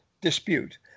dispute